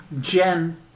Jen